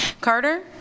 Carter